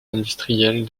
industrielle